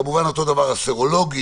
כמובן אותו דבר העניין הסרולוגי.